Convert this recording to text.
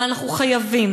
אבל אנחנו חייבים,